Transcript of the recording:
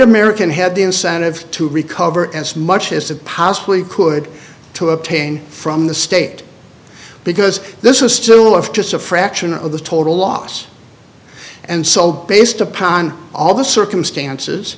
american had the incentive to recover as much as it possibly could to obtain from the state because this is still of just a fraction of the total loss and so based upon all the circumstances